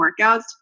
workouts